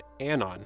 Anon